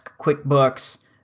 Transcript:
QuickBooks